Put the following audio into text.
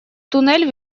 туннель